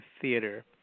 Theater